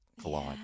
collide